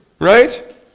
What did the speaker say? Right